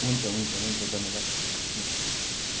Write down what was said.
हुन्छ हुन्छ हुन्छ धन्यवाद हुन्छ